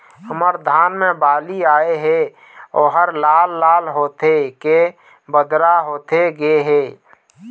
हमर धान मे बाली आए हे ओहर लाल लाल होथे के बदरा होथे गे हे?